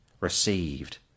received